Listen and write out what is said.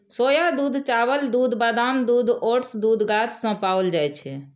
सोया दूध, चावल दूध, बादाम दूध, ओट्स दूध गाछ सं पाओल जाए छै